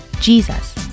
Jesus